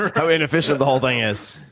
how inefficient the whole thing is.